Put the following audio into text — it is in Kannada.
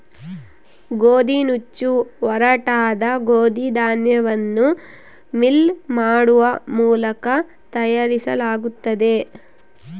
ಗೋದಿನುಚ್ಚು ಒರಟಾದ ಗೋದಿ ಧಾನ್ಯವನ್ನು ಮಿಲ್ ಮಾಡುವ ಮೂಲಕ ತಯಾರಿಸಲಾಗುತ್ತದೆ